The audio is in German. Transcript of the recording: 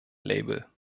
label